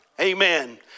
Amen